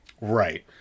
right